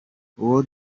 ubwo